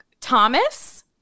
Thomas